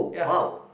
ya